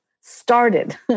started